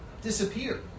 disappear